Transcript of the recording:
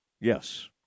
Yes